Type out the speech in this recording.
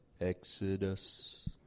Exodus